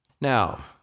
Now